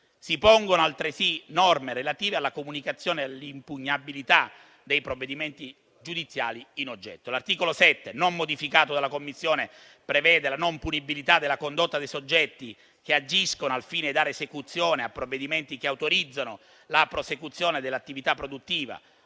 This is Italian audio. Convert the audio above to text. Si pongono altresì norme relative alla comunicazione e all'impugnabilità dei provvedimenti giudiziari in oggetto. L'articolo 7, non modificato dalla Commissione, prevede la non punibilità della condotta dei soggetti che agiscono al fine di dare esecuzione a provvedimenti che autorizzano la prosecuzione dell'attività produttiva